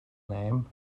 name